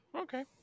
Okay